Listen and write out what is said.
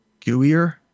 gooier